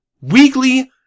weekly